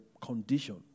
condition